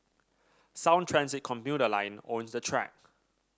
sound Transit commuter line owns the track